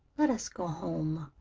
let us go home,